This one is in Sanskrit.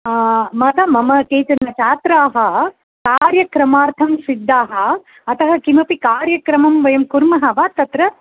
मातः मम केचन छात्राः कार्यक्रमार्थं सिद्धाः अतः किमपि कार्यक्रमं वयं कुर्मः वा तत्र